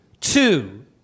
Two